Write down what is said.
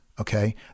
okay